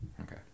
Okay